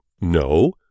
No